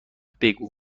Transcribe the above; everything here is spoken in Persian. بگو